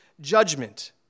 judgment